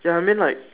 ya I mean like